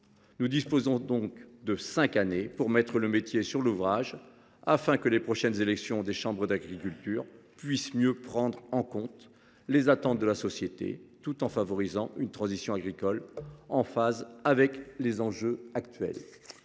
Nous disposons donc de cinq années pour remettre le métier sur l’ouvrage, afin que les prochaines élections des chambres d’agriculture puissent être l’occasion de mieux prendre en compte les attentes de la société et de favoriser une transition agricole en phase avec les enjeux actuels.